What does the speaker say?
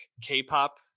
k-pop